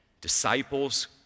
Disciples